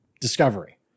discovery